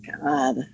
god